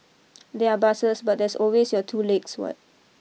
there are buses but there are always your two legs what